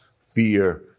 fear